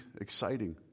exciting